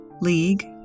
league